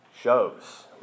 shows